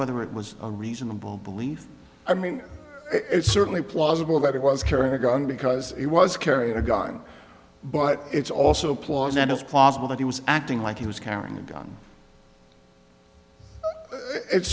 whether it was a reasonable belief i mean it's certainly plausible that he was carrying a gun because he was carrying a gun but it's also a ploy that it's possible that he was acting like he was carrying a gun it's